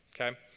okay